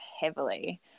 heavily